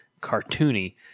cartoony